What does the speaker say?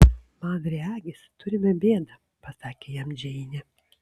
man regis turime bėdą pasakė jam džeinė